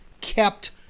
kept